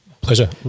Pleasure